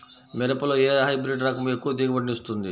మిరపలో ఏ హైబ్రిడ్ రకం ఎక్కువ దిగుబడిని ఇస్తుంది?